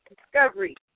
discovery